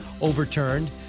overturned